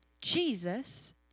Jesus